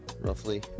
roughly